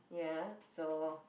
ya so